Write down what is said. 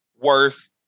worth